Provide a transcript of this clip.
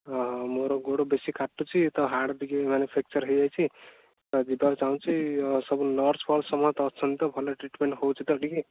ଅ ହ ମୋର ଗୋଡ଼ ବେଶି କାଟୁଚି ହାଡ଼ ଟିକେ ମାନେ ଫ୍ୟାକଚର୍ ହେଇଯାଇଛି ଆଉ ଯିବାକୁ ଚାହୁଁଛି ସବୁ ନର୍ସ ଫର୍ସ ସମସ୍ତେ ଅଛନ୍ତି ତ ଭଲରେ ଟ୍ରିଟମେଣ୍ଟ ହେଉଛି ତ ଟିକେ